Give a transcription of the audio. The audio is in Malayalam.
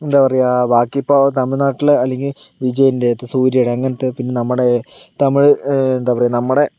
എന്താ പറയാ ബാക്കിയിപ്പോൾ തമിഴ്നാട്ടില് അല്ലെങ്കിൽ വിജയിൻ്റെ സൂര്യടെ അങ്ങനെത്തെ പിന്നെ നമ്മടെ തമിഴ് എന്താ പറയുക നമ്മടെ